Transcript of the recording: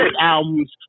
albums